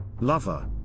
Lover